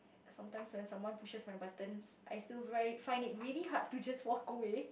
sometimes when someone pushes my buttons I still very find it really hard to just walk away